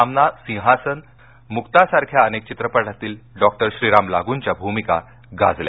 सामना सिंहासन पिंजरा मुक्तासारख्या अनेक चित्रपटांतील डॉक्टर श्रीराम लागूंच्या भुमिका गाजल्या